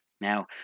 now